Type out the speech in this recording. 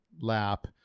lap